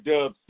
Dub